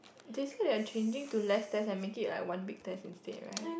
that said they are changing to less test make it to like one week test instead right